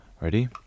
ready